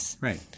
Right